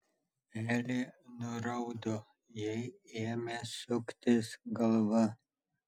elė nuraudo jai ėmė suktis galva